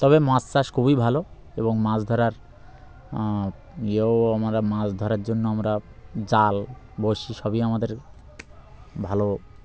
তবে মাছ চাষ খুবই ভালো এবং মাছ ধরার ইয়েও আমরা মাছ ধরার জন্য আমরা জাল বসি সবই আমাদের ভালো